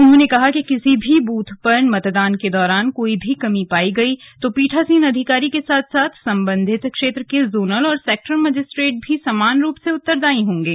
उन्होंने कहा कि किसी भी बूथ पर मतदान के दौरान कोई भी कमी पायी गई तो पीठासीन अधिकारी के साथ साथ संबधित क्षेत्र के जोनल और सेक्टर मजिस्ट्रेट भी समान रूप से उत्तरदायी होंगे